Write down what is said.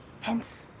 Hence